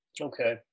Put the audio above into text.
Okay